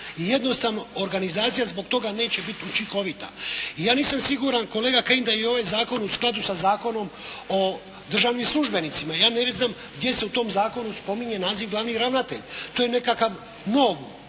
i jednostavno organizacija zbog toga neće biti učinkovita. I ja nisam siguran kolega Kajin da je i ovaj zakon u skladu sa Zakonom o državnim službenicima. Ja ne znam gdje se u tom zakonu spominje naziv glavni ravnatelj. To je nekakav